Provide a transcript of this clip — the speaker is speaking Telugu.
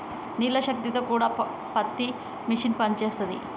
నీళ్ల శక్తి తో కూడా పత్తి మిషన్ పనిచేస్తది